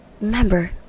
Remember